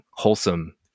wholesome